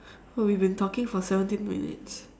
oh we've been talking for seventeen minutes